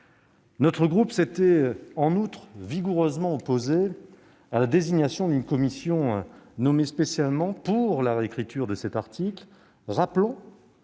Notre groupe s'est en outre vigoureusement opposé à la désignation d'une commission nommée spécialement pour réécrire cet article, rappelant